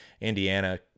Indiana